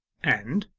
and,